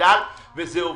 ומגדל ועובדים.